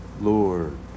Lord